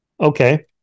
Okay